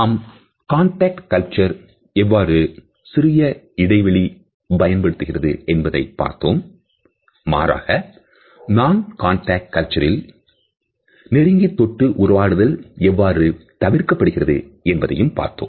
நாம் contact culture எவ்வாறு சிறிய இடைவெளி பயன்படுத்துகிறது என்பதைப் பார்த்தோம் மாறாக நான் கான்டக்ட் கல்ச்சரில் நெருங்கி தொட்டு உறவாடுதல் எவ்வாறு தவிர்க்கப்படுகிறது என்பதையும் பார்த்தோம்